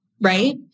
right